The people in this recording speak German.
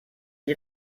die